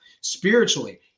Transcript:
spiritually